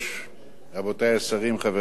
רבותי השרים, חברי חברי הכנסת,